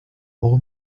old